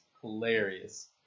hilarious